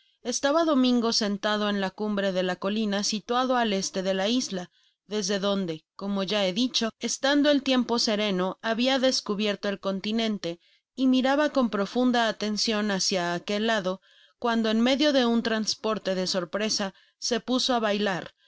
estaba domingo sentado en la cumbre de la colina situado al este de la isla desde donde como ya he dicho estando el tiempo sereno habia descubierto el continente y miraba cou profunda atencion hacia aquel lado cuando en medio de un transporte de sorpresa se puso á bailar á